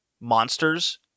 monsters